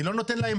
אני לא נותן להם